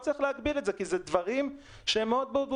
שיהיה 3,000. לא צריך להגביל את זה כי זה דברים שהם מאוד ברורים,